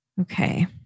Okay